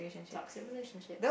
toxic relationship